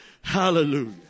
Hallelujah